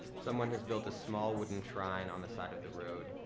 someone has built a small, wooden shrine on the side of the road,